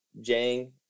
Jang